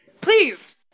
Please